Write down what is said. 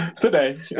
today